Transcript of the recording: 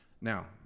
Now